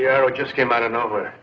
yeah it just came out of nowhere